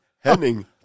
Henning